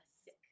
sick